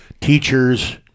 Teachers